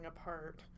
apart